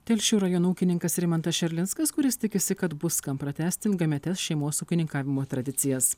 telšių rajono ūkininkas rimantas šerlinskas kuris tikisi kad bus kam pratęsti ilgametes šeimos ūkininkavimo tradicijas